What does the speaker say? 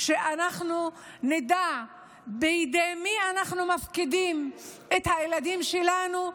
שאנחנו נדע בידי מי אנחנו מפקידים את הילדים שלנו,